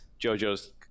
JoJo's